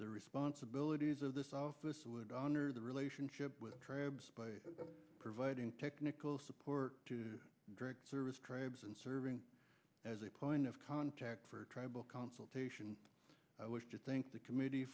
the responsibilities of this office would honor the relationship by providing technical support to direct service trades and serving as a point of contact for tribal consultation i think the committee